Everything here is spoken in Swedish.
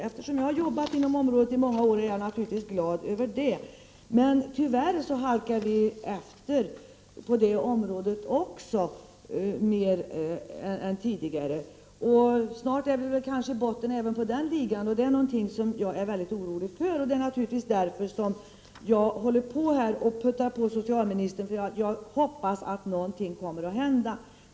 Eftersom jag har jobbat inom området i många år är jag naturligtvis glad över det. Tyvärr halkar vi även på det området efter mer än tidigare. Snart befinner vi oss också i botten av den ligan, vilket jag är mycket orolig för. Det är naturligtvis därför som jag försöker få socialministern att agera här, och jag hoppas att något skall hända.